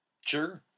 Sure